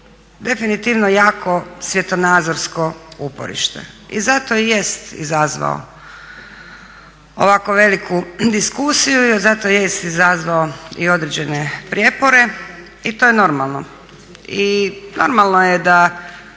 definitivno jako svjetonazorsko uporište i zato i jest izazvao ovako veliku diskusiju i zato jest izazvao i određene prijepore i to je normalno. I normalno je da